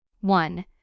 One